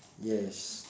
yes